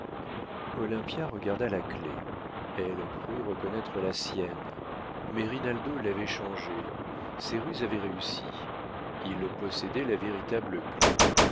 olympia regarda la clef elle crut reconnaître la sienne mais rinaldo l'avait changée ses ruses avaient réussi il possédait la véritable